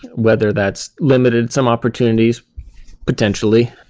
whether that's limited some opportunities potentially,